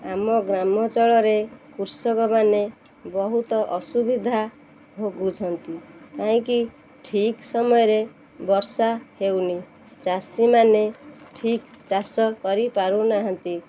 ଆମ ଗ୍ରାମାଞ୍ଚଳରେ କୃଷକମାନେ ବହୁତ ଅସୁବିଧା ଭୋଗୁଛନ୍ତି କାହିଁକି ଠିକ୍ ସମୟରେ ବର୍ଷା ହେଉନି ଚାଷୀମାନେ ଠିକ୍ ଚାଷ କରିପାରୁନାହାନ୍ତି